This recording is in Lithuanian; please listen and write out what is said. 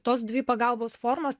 tos dvi pagalbos formos